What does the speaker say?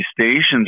stations